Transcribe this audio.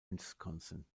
wisconsin